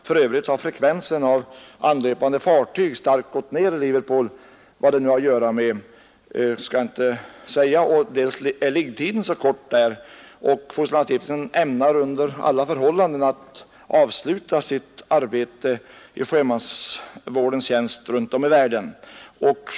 För övrigt har frekvensen av anlöpande fartyg starkt gått ned i Liverpool — vad det nu beror på skall jag inte säga — och liggetiden är kort där. Fosterlandsstiftelsen ämnar under alla förhållanden avsluta sitt arbete i sjömansvårdens tjänst runt om i världen.